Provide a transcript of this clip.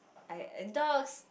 I uh dogs